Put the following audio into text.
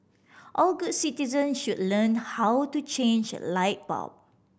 all good citizen should learn how to change a light bulb